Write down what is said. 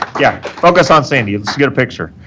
yeah, focus on sandy. let's get a picture.